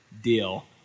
deal